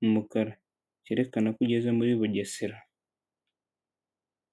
mu mukara cyerekana ko ugeze muri Bugesera.